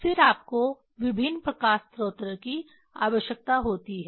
फिर आपको विभिन्न प्रकाश स्रोत की आवश्यकता होती है